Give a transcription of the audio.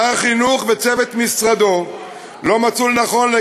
שר החינוך וצוות משרדו לא מצאו לנכון עד